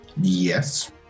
Yes